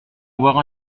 avoir